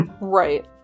Right